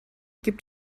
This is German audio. gibt